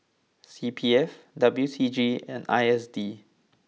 C P F W C G and I S D